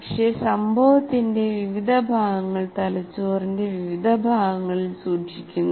പക്ഷേ സംഭവത്തിന്റെ വിവിധ ഭാഗങ്ങൾ തലച്ചോറിന്റെ വിവിധ ഭാഗങ്ങളിൽ സൂക്ഷിക്കുന്നു